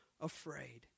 afraid